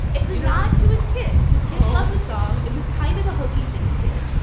as a nod to his kids. his kids love the song. it was kind of a hokey thing he did.